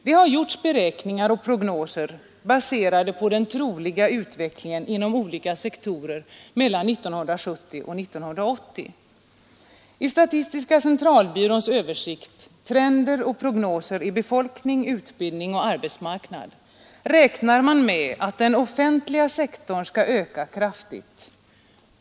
Det har gjorts beräkningar och prognoser, baserade på den troliga utvecklingen inom olika sektorer mellan 1970 och 1980. I statistiska centralbyråns översikt ”Trender och prognoser i befolkning, utbildning och arbetsmarknad” räknar man med att den offentliga sektorn skall öka kraftigt.